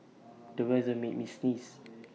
the weather made me sneeze